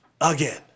Again